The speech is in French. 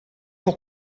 pour